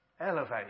elevate